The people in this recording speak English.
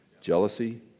jealousy